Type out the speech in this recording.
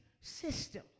system